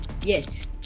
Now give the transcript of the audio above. Yes